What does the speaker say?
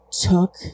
took